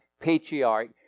Patriarch